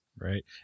Right